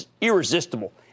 irresistible